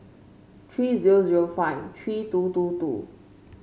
three zero zero five three two two two